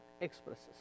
expresses